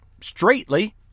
straightly